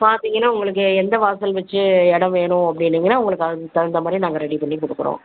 பார்த்திங்கன்னா உங்களுக்கு எந்த வாசல் வச்சு இடம் வேணும் அப்படின்னீங்கன்னா உங்களுக்கு அதுக்கு தகுந்த மாதிரி நாங்கள் ரெடி பண்ணி கொடுக்குறோம்